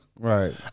Right